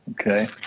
okay